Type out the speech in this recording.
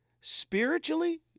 spiritually